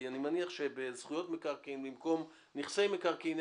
אני מניח שבזכויות מקרקעין במקום נכסי מקרקעין,